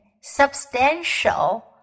substantial